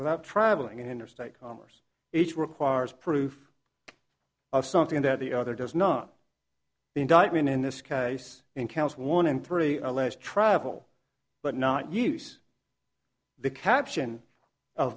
without traveling interstate commerce each requires proof of something that the other does not the indictment in this case in counts one and three alleged travel but not use the caption o